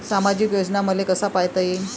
सामाजिक योजना मले कसा पायता येईन?